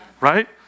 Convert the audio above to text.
right